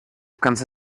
конце